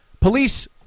police